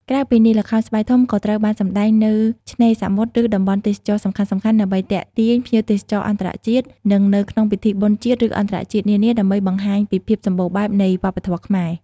ក្រៅពីនេះ ល្ខោនស្បែកធំក៏ត្រូវបានសម្តែងនៅ ឆ្នេរសមុទ្រ ឬតំបន់ទេសចរណ៍សំខាន់ៗដើម្បីទាក់ទាញភ្ញៀវទេសចរអន្តរជាតិ និងនៅក្នុងពិធីបុណ្យជាតិ ឬអន្តរជាតិនានា ដើម្បីបង្ហាញពីភាពសម្បូរបែបនៃវប្បធម៌ខ្មែរ។